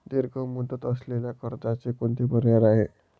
दीर्घ मुदत असलेल्या कर्जाचे कोणते पर्याय आहे?